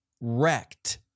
wrecked